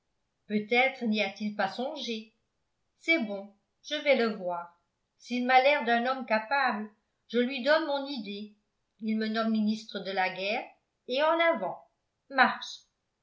peutêtre n'y a-t-il pas songé c'est bon je vais le voir s'il m'a l'air d'un homme capable je lui donne mon idée il me nomme ministre de la guerre et en avant marche